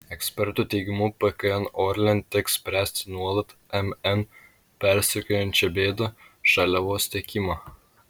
ekspertų teigimu pkn orlen teks spręsti nuolat mn persekiojančią bėdą žaliavos tiekimą